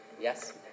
Yes